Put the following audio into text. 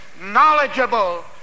knowledgeable